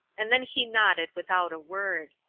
and then he nodded without a word.